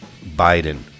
Biden